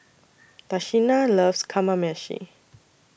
Tashina loves Kamameshi